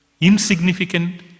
insignificant